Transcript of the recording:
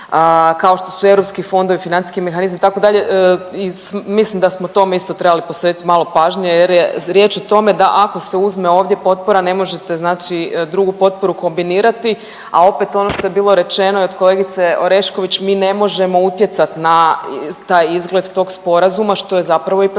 kao što su europski fondovi, financijski mehanizmi itd. i mislim da smo tome isto trebali posvetiti malo pažnje jer je riječ o tome da ako se uzme ovdje potpora ne možete znači drugu potporu kombinirati, a opet ono što je bilo rečeno i od kolegice Orešković, mi ne možemo utjecati na taj izgled tog sporazuma što je zapravo i